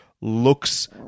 looks